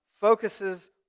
focuses